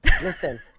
Listen